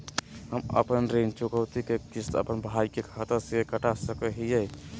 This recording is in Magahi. हम अपन ऋण चुकौती के किस्त, अपन भाई के खाता से कटा सकई हियई?